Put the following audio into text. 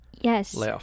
Yes